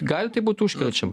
gali tai būt užkrečiama